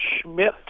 Schmidt